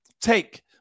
take